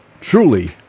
truly